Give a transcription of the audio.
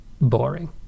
boring